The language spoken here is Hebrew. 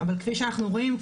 אבל כפי שאנחנו רואים,